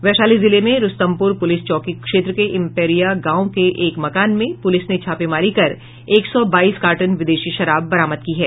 वैशाली जिले में रुस्तमपुर पुलिस चौकी क्षेत्र के इम्पैरिया गांव के एक मकान में पुलिस ने छापेमारी कर एक सौ बाईस कार्टन विदेशी शराब बरामद की है